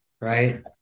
Right